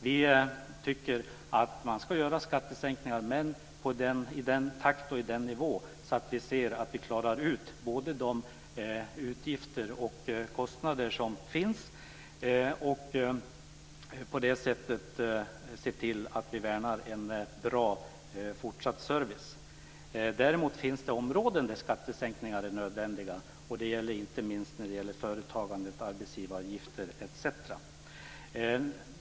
Vi tycker att man ska göra skattesänkningar, men i den takt och på den nivå att vi ser att vi klarar av både de utgifter och de kostnader som finns, och på det sättet se till att vi värnar en bra fortsatt service. Däremot finns det områden där skattesänkningar är nödvändiga, och det gäller inte minst i fråga om företagandet - arbetsgivaravgifter etc.